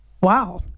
Wow